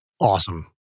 awesome